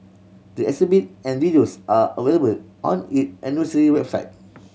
the exhibit and videos are available on it anniversary website